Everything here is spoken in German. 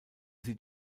sie